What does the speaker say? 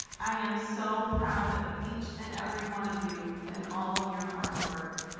i am so proud of each and every one of you and all of your hard work.